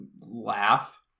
laugh